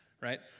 right